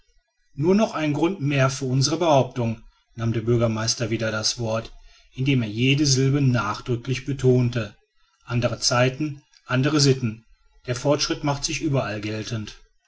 nur noch ein grund mehr für unsere behauptung nahm der bürgermeister wieder das wort indem er jede sylbe nachdrücklich betonte andere zeiten andere sitten der fortschritt macht sich überall geltend